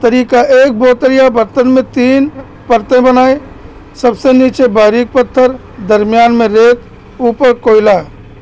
طریقہ ایک بوتر یا برتن میں تین پرتیں بنائے سب سے نیچے باریک پتھر درمیان میں ریت اوپر کوئلہ